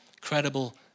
Credible